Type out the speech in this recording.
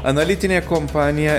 analitinė kompanija